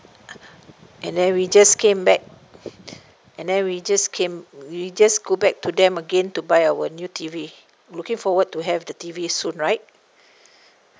and then we just came back and then we just came we just go back to them again to buy our new T_V looking forward to have the T_V soon right